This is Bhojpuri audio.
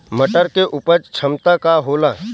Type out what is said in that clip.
मटर के उपज क्षमता का होला?